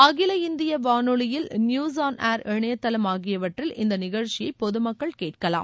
அகில இந்திய வானொலியில் நியூஸ் ஆன் ஏர் இணையதளம் ஆகியவற்றில் இந்த நிகழ்ச்சியை பொதுமக்கள் கேட்கலாம்